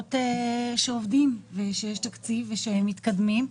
ולראות שעובדים ושיש תקציב ושמתקדמים.